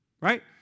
right